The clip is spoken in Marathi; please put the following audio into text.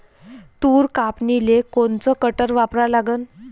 तूर कापनीले कोनचं कटर वापरा लागन?